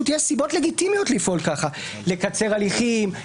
יש סיבות לגיטימיות לפעול ככה: לקצר הליכים,